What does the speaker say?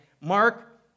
Mark